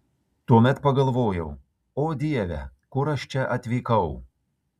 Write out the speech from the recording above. tuomet pagalvojau o dieve kur aš čia atvykau